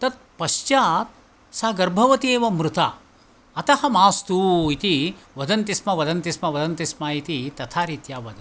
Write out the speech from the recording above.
तत् पश्चात् सः गर्भवती एव मृता अतः मास्तु इति वदन्ति स्म वदन्ति स्म वदन्ति स्म इति तथा रीत्या वदन्ति